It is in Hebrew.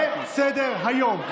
זה סדר-היום.